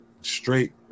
straight